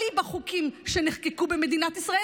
אליבא דחוקים שנחקקו במדינת ישראל